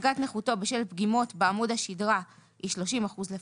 דרגת נכותו בשל פגימות בעמוד השדרה היא 30 אחוזים לפחות,